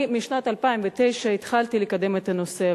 אני בשנת 2009 התחלתי לקדם את הנושא,